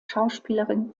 schauspielerin